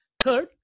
Third